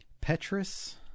Petrus